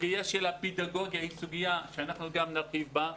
הסוגיה של הפדגוגיה היא סוגיה שאנחנו גם נרחיב בה.